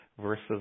versus